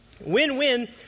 Win-win